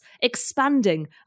expanding